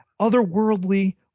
otherworldly